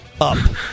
Up